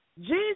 Jesus